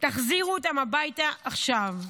תחזירו אותם הביתה עכשיו.